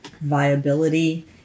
viability